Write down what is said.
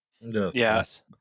yes